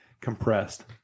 compressed